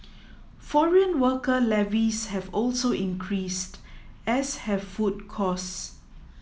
foreign worker levies have also increased as have food costs